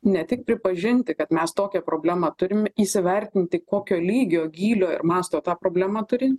ne tik pripažinti kad mes tokią problemą turim įsivertinti kokio lygio gylio ir masto tą problemą turin